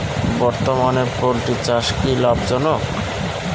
বর্তমানে পোলট্রি চাষ কি লাভজনক?